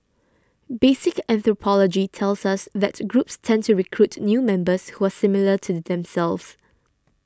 basic anthropology tells us that groups tend to recruit new members who are similar to themselves